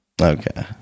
Okay